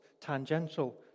tangential